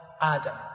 Adam